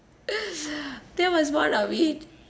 that was one of it